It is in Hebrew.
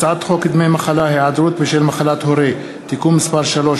הצעת חוק דמי מחלה (היעדרות בשל מחלת הורה) (תיקון מס' 3),